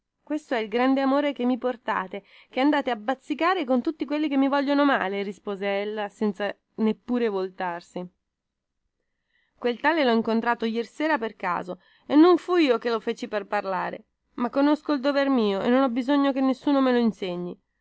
questo è il grande amore che mi portate che andate a bazzicare con tutti quelli che mi vogliono male rispose essa senza voltarsi neppure quel tale lho incontrato iersera per caso e non fui io che lo feci parlare ma so quel che debbo fare e non ho bisogno che nessuno minsegni